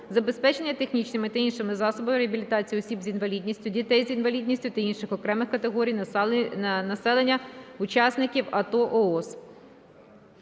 забезпечення технічними та іншими засобами реабілітації осіб з інвалідністю, дітей з інвалідністю та інших окремих категорій населення (учасників АТО/ООС).